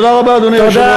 תודה רבה, אדוני היושב-ראש.